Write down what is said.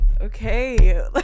Okay